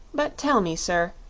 but tell me, sir,